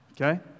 okay